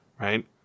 Right